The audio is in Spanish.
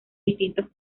distintos